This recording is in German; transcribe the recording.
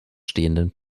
stehenden